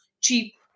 cheap